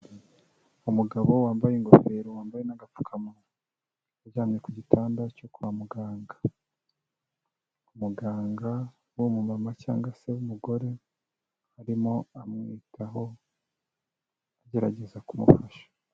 Umugabo wambaye ingofero wambaye n'agapfukamunwa, aryamye ku gitanda cyo kwa muganga, muganga w'umumama cyangwa se w'umugore arimo amwitaho, agerageza kumufasha.